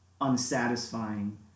unsatisfying